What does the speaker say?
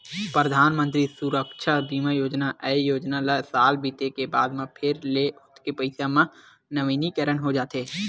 परधानमंतरी सुरक्छा बीमा योजना, ए योजना ल साल बीते के बाद म फेर ले ओतके पइसा म नवीनीकरन हो जाथे